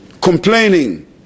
complaining